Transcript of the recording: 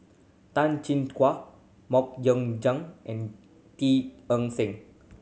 Tan Chin Tuan Mok Ying Jang and Teo Eng Seng